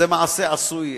מעשה עשוי,